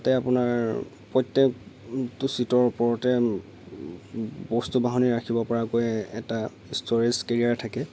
তাতে আপোনাৰ প্ৰত্যকটো চিটৰ ওপৰতে বস্তু বাহানি ৰাখিব পৰাকৈ এটা ষ্ট'ৰেচ কেৰিয়াৰ থাকে